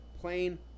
plane